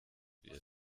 wird